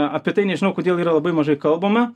apie tai nežinau kodėl yra labai mažai kalbama